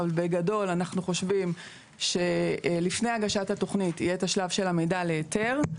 אבל בגדול אנחנו חושבים שלפני הגשת התכנית יהיה את השלב של המידע להיתר.